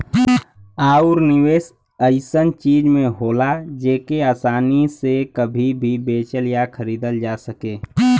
आउर निवेस ऐसन चीज में होला जेके आसानी से कभी भी बेचल या खरीदल जा सके